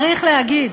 צריך להגיד,